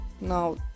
now